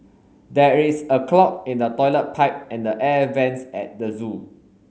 there is a clog in the toilet pipe and the air vents at the zoo